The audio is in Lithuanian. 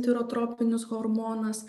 tirotropinis hormonas